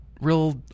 real